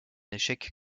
échec